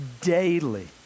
daily